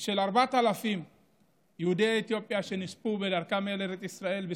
של 4,000 יהודי אתיופיה שנספו בסודאן בדרכם אל ארץ ישראל.